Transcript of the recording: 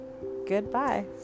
goodbye